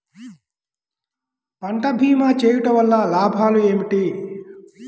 పంట భీమా చేయుటవల్ల లాభాలు ఏమిటి?